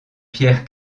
pierre